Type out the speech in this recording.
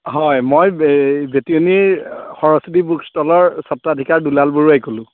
হয় মই বেটিয়নিৰ সৰস্বতী বুক ষ্টলৰ সত্তাধিকাৰ দোলাল বৰুৱাই ক'লোঁ